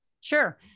Sure